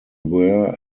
wear